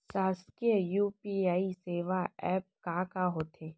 शासकीय यू.पी.आई सेवा एप का का होथे?